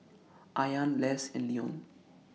Ayaan Less and Leone